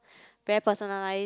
very personalize